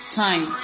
time